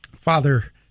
Father